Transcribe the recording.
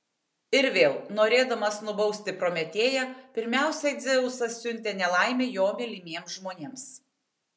ir vėl norėdamas nubausti prometėją pirmiausia dzeusas siuntė nelaimę jo mylimiems žmonėms